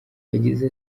yagize